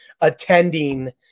attending